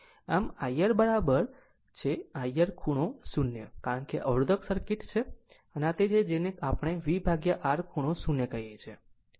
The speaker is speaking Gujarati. આમ IR બરાબર છે IR ખૂણો 0 કારણ કે અવરોધક સર્કિટ આ સર્કિટ છે અને આ તે છે જેને આપણે V R ખૂણો 0 કહીએ છીએ